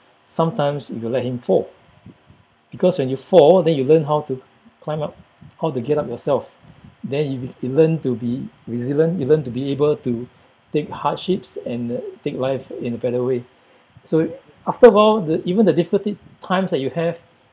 sometimes you let him fall because when you fall then you learn how to climb up how to get up yourself then he he learn to be resilient he learn to be able to take hardships and take life in a better way so after a while the even the difficulty times that you have